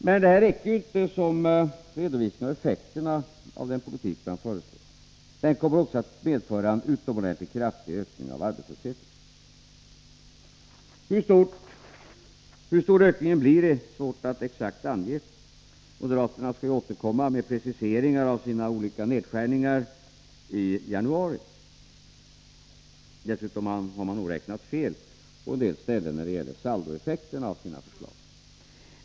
Men detta räcker inte som redovisning av effekterna av den politik man föreslår. Den kommer också att medföra en utomordentligt kraftig ökning av arbetslösheten. Hur stor ökningen blir är svårt att exakt ange. Moderaterna skall ju i januari återkomma med preciseringar av sina olika nedskärningar. Dessutom har man nog räknat fel på en del ställen när det gäller saldoeffekterna av sina förslag.